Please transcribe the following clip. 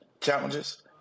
challenges